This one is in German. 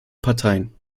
parteien